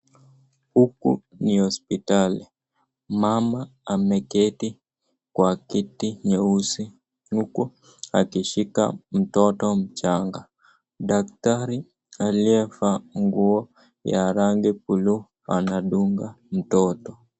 Huku ni hospitali, mama ameketi kwa kiti nyeusi uku akishika mtoto mchanga. Daktari aliyevaa nguo ya rangi buluu anadunga mtoto.